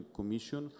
Commission